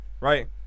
right